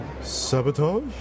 sabotage